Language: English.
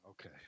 Okay